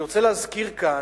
אני רוצה להזכיר כאן,